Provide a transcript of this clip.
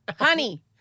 honey